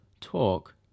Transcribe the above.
talk